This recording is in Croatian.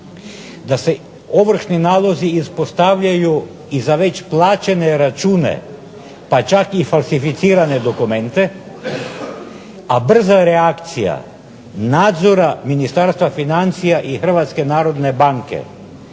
da se ovršni nalozi ispostavljaju za već plaćane račune pa čak i falsificirane dokumente, a brza je reakcija Ministarstva financija i Hrvatske narodne banke